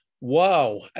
Wow